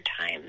time